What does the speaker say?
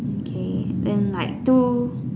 okay then like two